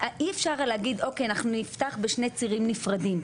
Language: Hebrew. אי אפשר להגיד אוקיי אנחנו נפתח בשני צירים נפרדים,